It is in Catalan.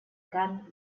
cant